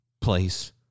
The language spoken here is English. place